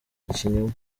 ikinyoma